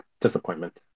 disappointment